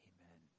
Amen